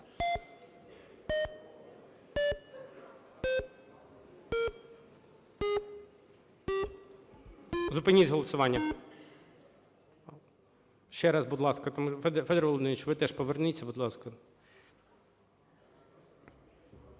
Зупиніть голосування. Ще раз, будь ласка. Федір Володимирович, ви, теж, поверніться, будь ласка.